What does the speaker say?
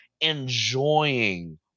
enjoying